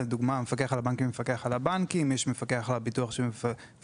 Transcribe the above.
לדוגמה: המפקח על הבנקים מפקח על הבנקים; המפקח על הביטוח מפקח